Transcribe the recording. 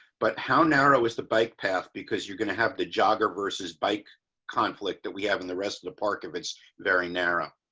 but how narrow is the bike path because you're going to have the jogger versus bike conflict that we have in the rest of the park of it's very narrow